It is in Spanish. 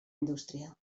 industria